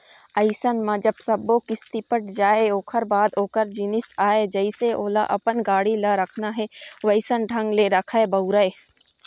अइसन म जब सब्बो किस्ती पट जाय ओखर बाद ओखर जिनिस आय जइसे ओला अपन गाड़ी ल रखना हे वइसन ढंग ले रखय, बउरय